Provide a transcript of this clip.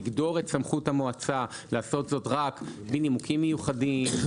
לגדור את סמכות המועצה לעשות זאת רק מנימוקים מיוחדים,